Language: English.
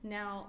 Now